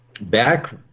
back